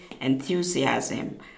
enthusiasm